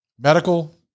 medical